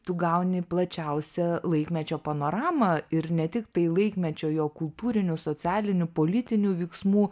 tu gauni plačiausią laikmečio panoramą ir ne tiktai laikmečio jo kultūrinių socialinių politinių veiksmų